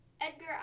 Edgar